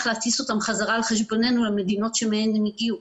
להטיס אותן חזרה על חשבוננו למדינות שמהן הן הגיעו.